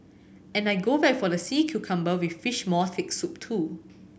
and I'll go back for the sea cucumber with fish maw thick soup too